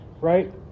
Right